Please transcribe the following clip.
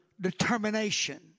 determination